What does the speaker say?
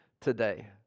today